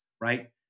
right